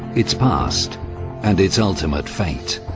its past and its ultimate fate,